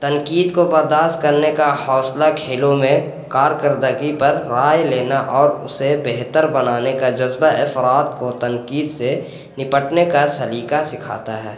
تنقید کو برداشت کرنے کا حوصلہ کھیلوں میں کارکردگی پر رائے لینا اور اسے بہتر بنانے کا جذبہ افراد کو تنقیید سے نپٹنے کا سلیقہ سکھاتا ہے